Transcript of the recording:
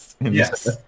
Yes